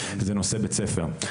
זה נושא בית-ספר.